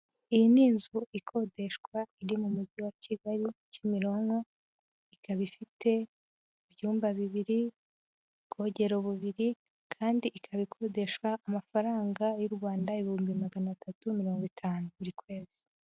Iyi ni inzu ikodeshwa iri mu mujyi wa Kigali, Kimironko, ikaba ifite ibyumba bibiri, ubwogero bubiri kandi ikaba ikodesha amafaranga y'u Rwanda ibihumbi magana atatu mirongo itanu buri kwezi.